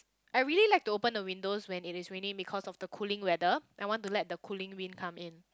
I really like to open the windows when it is raining because of the cooling weather I want to let the cooling wind come in